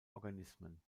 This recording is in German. organismen